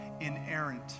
inerrant